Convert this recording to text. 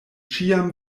ĉiam